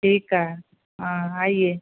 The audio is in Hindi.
ठीक है हाँ आइए